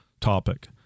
topic